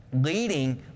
leading